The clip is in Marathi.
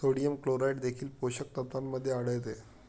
सोडियम क्लोराईड देखील पोषक तत्वांमध्ये आढळते